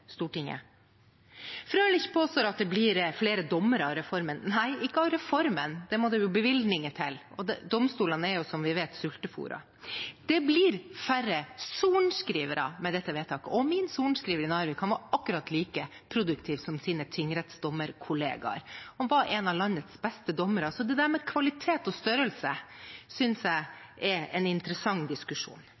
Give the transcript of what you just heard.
Stortinget? Frølich påstår at det blir flere dommere av reformen. Nei, ikke av reformen – det må bevilgninger til, og domstolene er, som vi vet, sultefôret. Det blir færre sorenskrivere med dette vedtaket. Min sorenskriver i Narvik var akkurat like produktiv som sine tingrettsdommerkollegaer. Han var en av landets beste dommere. Så dette med kvalitet og størrelse synes jeg er en interessant diskusjon.